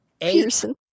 Pearson